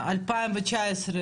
זאת בעיה.